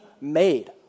made